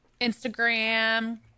Instagram